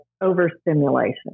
overstimulation